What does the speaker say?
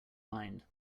mind